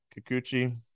Kikuchi